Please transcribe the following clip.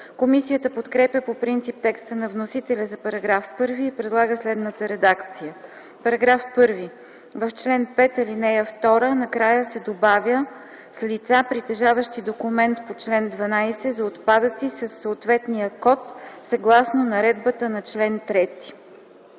Комисията подкрепя по принцип текста на вносителя за § 1 и предлага следната редакция: „§ 1. В чл. 5, ал. 2 накрая се добавя „с лица, притежаващи документ по чл. 12 за отпадъци със съответния код, съгласно наредбата на чл.